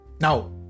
now